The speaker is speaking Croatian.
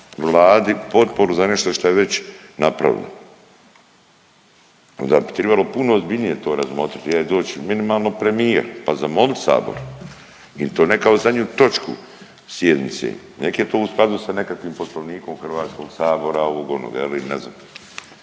Vladi potporu za nešto što je već napravljeno, onda bi tribalo puno ozbiljnije to razmotriti … minimalno premijer pa zamolit Sabor i to ne kao zadnju točku sjednice. Nek je to u skladu sa nekakvim poslovnikom HS-a, ovog onog ne znam